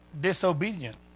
disobedient